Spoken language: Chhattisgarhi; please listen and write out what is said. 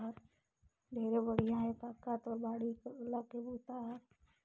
ढेरे बड़िया हे कका तोर बाड़ी कोला के बूता हर